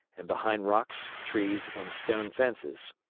and behind rocks, trees, and stone fences.